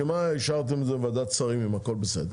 לשם מה אישרתם את בוועדת שרים, אם הכול בסדר?